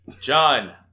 John